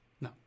No